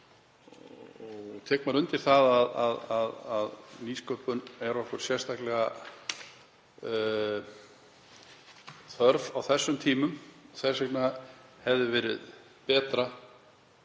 og tek undir það að nýsköpun er okkur sérstaklega þörf á þessum tímum. Þess vegna hefði verið betra